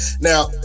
Now